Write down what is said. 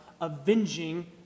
avenging